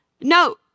No